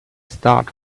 start